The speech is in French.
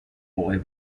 aurait